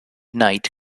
knight